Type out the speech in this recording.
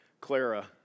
Clara